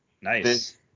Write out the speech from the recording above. Nice